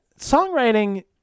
Songwriting